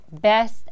best